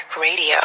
Radio